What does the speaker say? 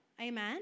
Amen